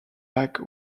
like